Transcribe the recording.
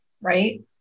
right